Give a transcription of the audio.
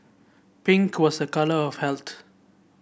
pink was a colour of health